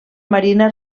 marina